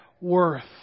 worth